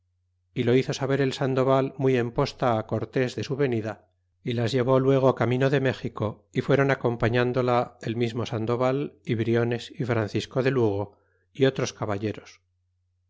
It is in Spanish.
y lo hizo saber el sandoval muy en posta a cortés de su venida y las llevó luego camino de méxico y théron acompahandola el mismo sandoval y briones y francisco de lugo y otros caballeros